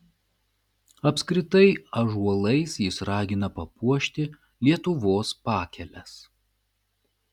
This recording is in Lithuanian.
apskritai ąžuolais jis ragina papuošti lietuvos pakeles